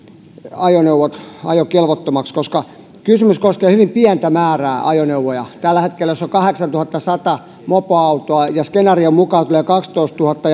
ajoneuvot ajokelvottomiksi koska kysymys koskee hyvin pientä määrää ajoneuvoja jos tällä hetkellä on kahdeksantuhattasata mopoautoa ja skenaarion mukaan tulee kaksitoistatuhatta